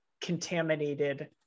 contaminated